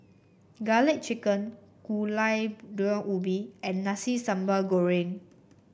garlic chicken Gulai Daun Ubi and Nasi Sambal Goreng